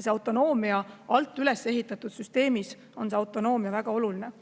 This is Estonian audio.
See autonoomia alt üles ehitatud süsteemis on väga oluline.